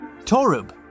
Torub